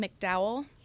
McDowell